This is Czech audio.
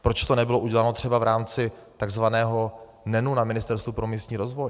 Proč to nebylo uděláno třeba v rámci takzvaného NEN na Ministerstvu pro místní rozvoj?